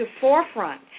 forefront